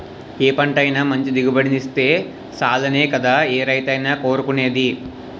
ఏ పంటైనా మంచి దిగుబడినిత్తే సాలనే కదా ఏ రైతైనా కోరుకునేది?